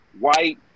White